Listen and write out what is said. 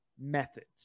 methods